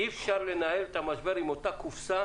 אי-אפשר לנהל את המשבר עם אותה קופסה